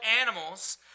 animals